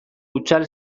hutsal